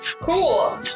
Cool